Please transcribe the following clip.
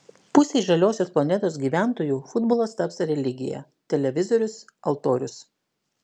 pusei žaliosios planetos gyventojų futbolas taps religija televizorius altorius